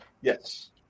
Yes